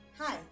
Hi